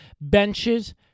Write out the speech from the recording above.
benches